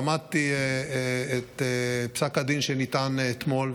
למדתי את פסק הדין שניתן אתמול,